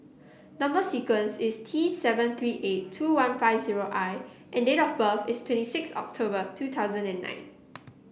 number sequence is T seven three eight two one five zero I and date of birth is twenty sixth October two thousand and nine